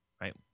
right